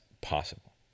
possible